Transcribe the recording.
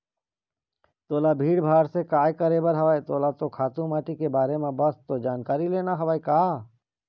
तोला भीड़ भाड़ से काय करे बर हवय तोला तो खातू माटी के बारे म बस तो जानकारी लेना हवय का